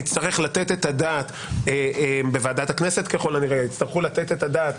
נצטרך לתת את הדעת בוועדת הכנסת ככל הנראה יצטרכו לתת את הדעת,